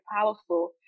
powerful